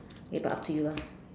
okay but up to you lah